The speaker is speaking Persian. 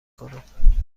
کنم